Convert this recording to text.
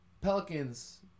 pelicans